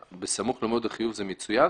בסמוך למועד החיוב הוא מצוין,